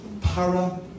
Para